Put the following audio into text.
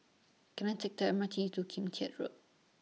Can I Take The M R T to Kim Keat Road